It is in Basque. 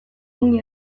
ongi